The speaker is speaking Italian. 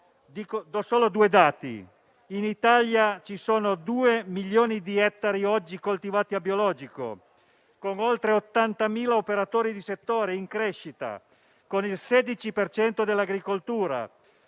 Cito solo due dati: in Italia ci sono 2 milioni di ettari oggi coltivati a biologico, con oltre 80.000 operatori del settore in crescita, con il 16 per cento dell'agricoltura,